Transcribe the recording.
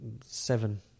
seven